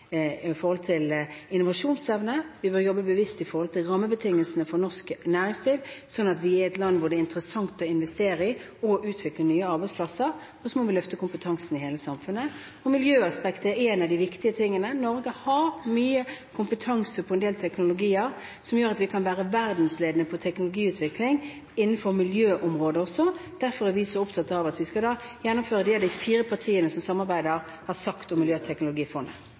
innovasjonsevne og rammebetingelser for norsk næringsliv, slik at vi er et land der det er interessant å investere og utvikle nye arbeidsplasser. Så må vi løfte kompetansen i hele samfunnet. Miljøaspektet er en av de viktige tingene. Norge har mye kompetanse på en del teknologier som gjør at vi kan være verdensledende på teknologiutvikling innenfor også miljøområdet. Derfor er vi så opptatt av at vi skal gjennomføre det de fire partiene som samarbeider, har sagt om